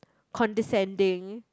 condescending